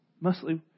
mostly